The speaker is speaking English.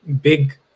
Big